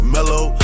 Mellow